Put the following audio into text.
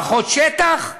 פחות שטח?